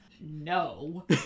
no